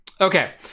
Okay